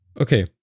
Okay